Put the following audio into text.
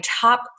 top